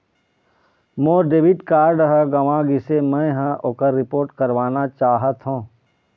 मोर debit card ह गंवा गिसे, मै ह ओकर रिपोर्ट करवाना चाहथों